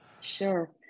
Sure